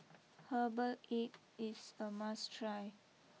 Herbal Egg is a must try